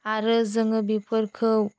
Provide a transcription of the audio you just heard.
आरो जोङो बेफोरखौ